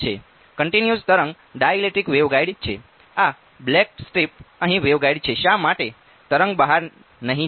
continuous તરંગ dielectric waveguide છે આ બ્લેક સ્ટ્રીપ અહીં વેવગાઇડ છે શા માટે તરંગ બહાર નહીં જાય